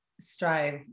strive